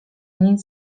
nic